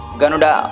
Ganuda